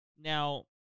Now